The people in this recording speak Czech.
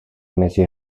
mezi